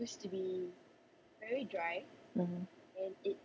mmhmm